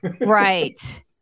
right